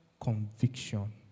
conviction